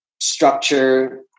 structure